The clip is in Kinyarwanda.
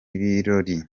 inyarwanda